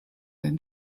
den